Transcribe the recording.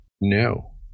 no